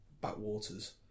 backwaters